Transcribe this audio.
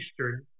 Eastern